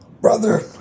brother